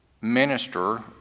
minister